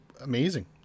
amazing